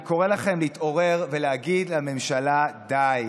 אני קורא לכם להתעורר ולהגיד לממשלה: די.